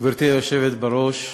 גברתי היושבת בראש,